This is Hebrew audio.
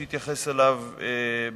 שחבר הכנסת ברכה התייחס אליו בהרחבה.